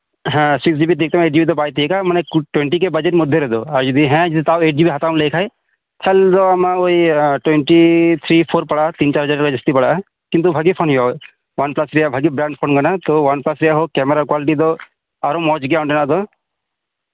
ᱦᱮᱸ six GB ᱛᱤᱭᱳᱜᱽ ᱛᱟᱢᱟ ᱠᱤᱱᱛᱩ ᱛᱤᱭᱳᱜ ᱫᱚ ᱵᱟᱭ ᱛᱤᱭᱳᱜᱟ ᱠᱩ ᱴᱳᱭᱮᱱᱴᱤ ᱠᱟ ᱵᱟᱡᱮᱴ ᱢᱚᱫᱽᱫᱷᱮ ᱨᱮᱫᱚ ᱟᱨ ᱡᱩᱫᱤ ᱦᱮᱸ ᱛᱟᱣ ᱡᱩᱫᱤ ᱮᱭᱤᱴ ᱡᱤᱵᱤ ᱦᱟᱛᱟᱣᱮᱢ ᱞᱟᱹᱭ ᱠᱷᱟᱡ ᱳᱭ ᱟᱢᱟᱜ ᱚᱱᱟ ᱴᱳᱭᱮᱱᱴᱤ ᱛᱷᱤᱨᱤ ᱯᱷᱳᱨ ᱞᱮᱠᱟ ᱯᱟᱲᱟᱜᱼᱟ ᱛᱤᱱᱼᱪᱟᱨ ᱦᱟᱡᱟᱨ ᱡᱟᱥᱛᱤ ᱯᱟᱲᱟᱜᱼᱟ ᱠᱤᱱᱛᱩ ᱵᱷᱟᱜᱤ ᱯᱷᱳᱱ ᱦᱩᱭᱩᱜᱼᱟ ᱚᱱᱠᱟ ᱵᱷᱟᱜᱤ ᱵᱨᱮᱱᱰ ᱠᱚ ᱢᱮᱱᱟ ᱛᱚ ᱚᱣᱟᱱ ᱯᱞᱟᱥ ᱨᱮᱱᱟᱜ ᱦᱚᱸ ᱠᱮᱢᱮᱨᱟ ᱠᱚᱣᱟᱞᱤᱴᱤ ᱫᱚ ᱟᱨᱚ ᱢᱚᱸᱡ ᱜᱮᱭᱟ ᱚᱸᱰᱮᱱᱟᱜ ᱫᱚ